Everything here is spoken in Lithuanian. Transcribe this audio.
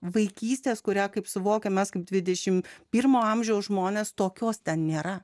vaikystės kurią kaip suvokiamas kaip dvidešimt pirmo amžiaus žmonės tokios ten nėra